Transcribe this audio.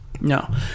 No